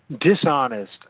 dishonest